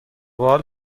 بحال